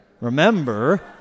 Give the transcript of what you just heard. Remember